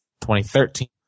2013